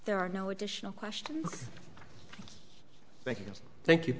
there are no additional questions thank you